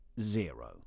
zero